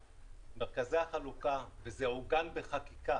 מרכזי החלוקה מרכזי החלוקה, וזה עוגן בחקיקה